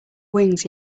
wings